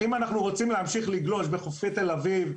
אם אנחנו רוצים להמשיך לגלוש בחופי תל אביב,